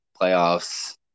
playoffs